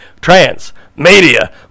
Transmedia